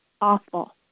awful